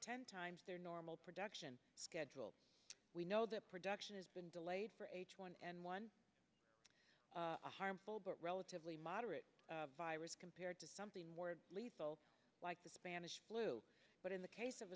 ten times their normal production schedule we know that production has been delayed for h one n one a harmful but relatively moderate virus compared to something more lethal like the spanish flu but in the case of